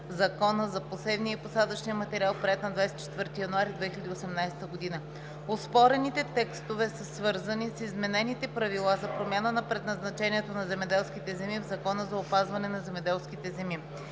Закона за посевния и посадъчния материал, приет на 24 януари 2018 г. Оспорените текстове са свързани с изменените правила за промяна на предназначението на земеделските земи в Закона за опазване на земеделските земи.